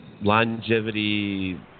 longevity